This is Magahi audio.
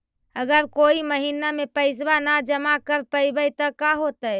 अगर कोई महिना मे पैसबा न जमा कर पईबै त का होतै?